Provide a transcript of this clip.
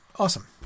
Awesome